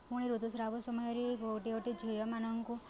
ପୁଣି ଋତୁସ୍ରାବ ସମୟରେ ଗୋଟିଏ ଗୋଟିଏ ଝିଅମାନଙ୍କୁ